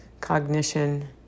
cognition